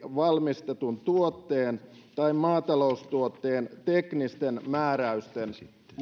valmistetun tuotteen tai maataloustuotteen teknisten määräysten